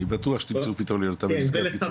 אני בטוח שתמצאו פתרון ליונתן במסגרת קיצור התורים.